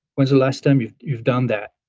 when's the last time you've you've done that?